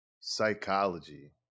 psychology